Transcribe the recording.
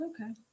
Okay